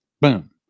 boom